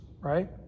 right